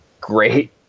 great